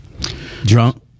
Drunk